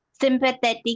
sympathetic